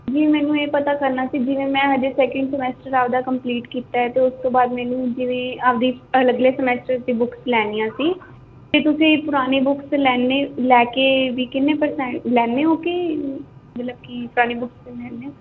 ਨਹੀਂ ਮੈਨੂੰ ਇਹ ਪਤਾ ਕਰਨਾ ਸੀ ਜਿਵੇਂ ਮੈਂ ਹਜੇ ਸੈਕਿੰਡ ਸਮੈਸਟਰ ਆਪਣਾ ਕੰਪਲੀਟ ਕੀਤਾ ਅਤੇ ਉਸ ਤੋਂ ਬਾਅਦ ਮੈਨੂੰ ਜਿਵੇਂ ਆਪਣੀ ਅਗਲੇ ਸਮੈਸਟਰ ਦੀ ਬੁੱਕਸ ਲੈਣੀਆਂ ਸੀ ਤਾਂ ਤੁਸੀਂ ਪੁਰਾਣੇ ਬੁੱਕ ਲੈਂਦੇ ਲੈ ਕੇ ਵੀ ਕਿੰਨੇ ਪਰਸੈਂ ਲੈਂਦੇ ਹੋ ਕਿ ਮਤਲਬ ਕਿ ਪੁਰਾਣੀ ਬੁੱਕਸ ਲੈਂਦੇ ਹੋ